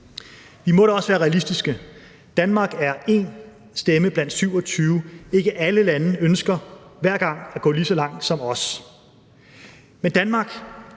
Vi må dog også være realistiske. Danmark er én stemme blandt 27. Ikke alle lande ønsker hver gang at gå lige så langt som os. Men Danmark